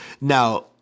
Now